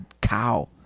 cow